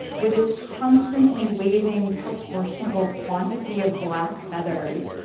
with its constantly waving proportionable quantity of black feathers,